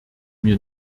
mir